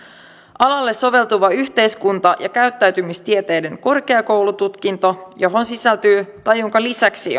alalle soveltuva yhteiskunta ja käyttäytymistieteiden korkeakoulututkinto johon sisältyy tai jonka lisäksi